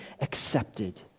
accepted